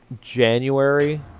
January